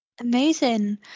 Amazing